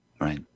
Right